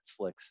netflix